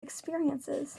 experiences